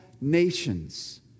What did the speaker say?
nations